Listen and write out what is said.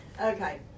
Okay